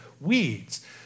weeds